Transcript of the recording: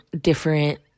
different